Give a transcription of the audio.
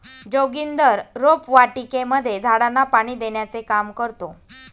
जोगिंदर रोपवाटिकेमध्ये झाडांना पाणी देण्याचे काम करतो